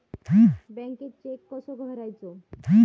बँकेत चेक कसो भरायचो?